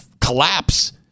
collapse